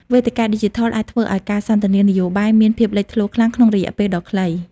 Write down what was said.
វេទិកាឌីជីថលអាចធ្វើឱ្យការសន្ទនានយោបាយមានភាពលេចធ្លោខ្លាំងក្នុងរយៈពេលដ៏ខ្លី។